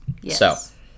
Yes